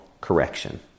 correction